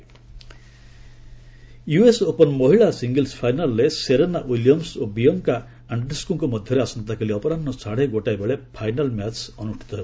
US Open US Open ମହିଳା singles ଫାଇନାଲ୍ରେ Serena Williams ଓ ବିୟଙ୍କା ଆଶ୍ରେସ୍କୁଙ୍କ ମଧ୍ୟରେ ଆସନ୍ତାକାଲି ଅପରାହୁ ସାଢ଼େ ଗୋଟାଏବେଳେ ଫାଇନାଲ୍ ମ୍ୟାଚ୍ ଅନୁଷ୍ଠିତ ହେବ